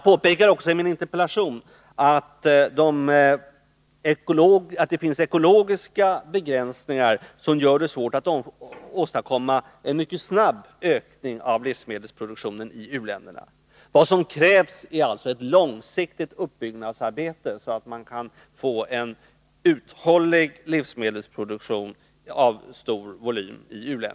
I interpellationen påpekar jag också att det finns ekologiska begränsningar som gör det svårt att åstadkomma en snabb ökning av livsmedelsproduktionen i u-länderna. Vad som krävs är ett långsiktigt uppbyggnadsarbete, så att man i u-länderna på sikt kan få en uthållig livsmedelsproduktion av stor volym.